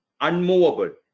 unmovable